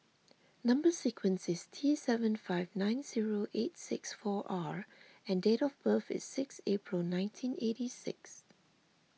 Number Sequence is T seven five nine zero eight six four R and date of birth is six April nineteen eighty six